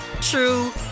true